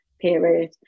period